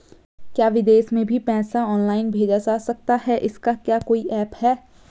क्या विदेश में भी पैसा ऑनलाइन भेजा जा सकता है इसका क्या कोई ऐप है?